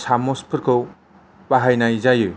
सामसफोरखौ बाहायनाय जायो